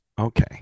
okay